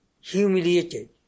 humiliated